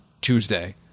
Tuesday